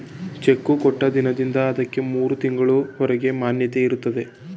cheque ಕೊಟ್ಟ ದಿನದಿಂದ ಅದಕ್ಕೆ ಮೂರು ತಿಂಗಳು ಹೊರಗೆ ಮಾನ್ಯತೆ ಇರುತ್ತೆ